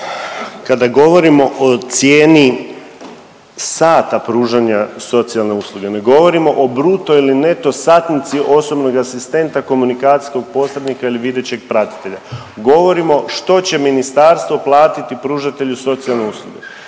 Kada govorimo o cijeni sata pružanja socijalne usluge, ne govorimo o bruto ili neto satnici osobnog asistenta, komunikacijskog posrednika ili videćeg pratitelja, govorimo što će ministarstvo platiti pružatelju socijalne usluge.